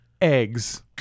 Eggs